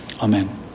Amen